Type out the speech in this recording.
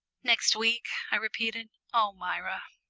next week, i repeated. oh, myra!